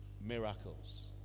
miracles